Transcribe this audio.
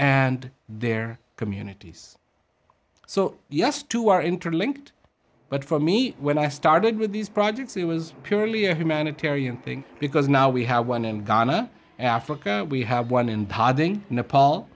and their communities so yes two are interlinked but for me when i started with these projects it was purely a humanitarian thing because now we have one in ghana africa we have one in